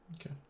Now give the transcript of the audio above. Okay